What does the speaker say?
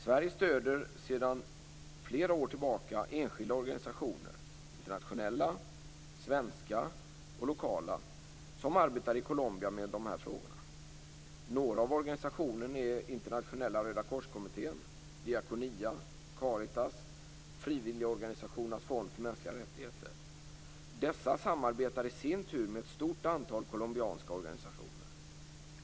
Sverige stöder sedan flera år tillbaka enskilda organisationer, internationella, svenska och lokala, som arbetar i Colombia med de här frågorna. Några av organisationerna är Internationella rödakorskommittén, Diakonia, Caritas och Frivilligorganisationernas fond för mänskliga rättigheter. Dessa samarbetar i sin tur med ett stort antal colombianska organisationer.